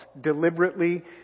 deliberately